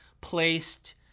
placed